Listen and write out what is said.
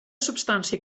substància